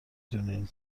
دونین